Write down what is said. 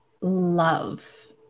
love